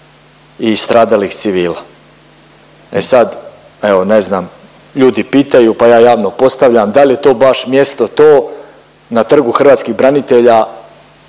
i stradalih civila. E sad, evo ne znam, ljudi pitaju pa ja javno postavlja da li je to baš mjesto to, na Trgu hrvatskih branitelja,